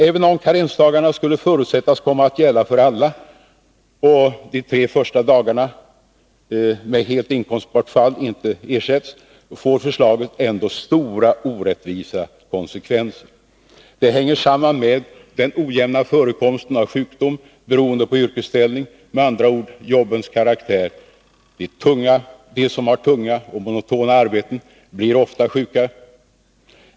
Även om karensdagarna skulle förutsättas komma att gälla för alla och de tre första dagarna med helt inkomstbortfall inte ersätts, får förslaget ändå stora orättvisa konsekvenser. Det hänger samman med den ojämna förekomsten av sjukdom, beroende på yrkesställning, med andra ord jobbens karaktär. De som har tunga och monotona arbeten blir oftare sjuka.